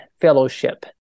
fellowship